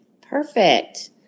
perfect